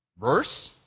Verse